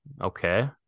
Okay